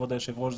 כבוד היושב-ראש,